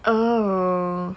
oh